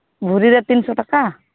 ᱵᱷᱚᱨᱤ ᱨᱮ ᱛᱤᱱᱥᱚ ᱴᱟᱠᱟ